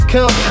Come